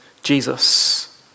Jesus